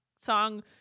Song